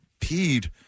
peed